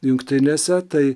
jungtinėse tai